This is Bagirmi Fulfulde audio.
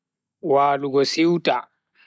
Walugo siwta